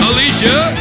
Alicia